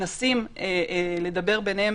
מנסים לדבר ביניהם.